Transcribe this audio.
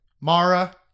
mara